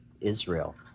Israel